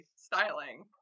styling